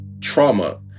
trauma